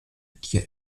dir